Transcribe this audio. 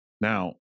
Now